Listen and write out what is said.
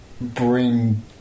bring